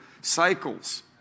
cycles